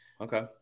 Okay